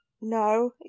No